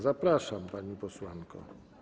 Zapraszam, pani posłanko.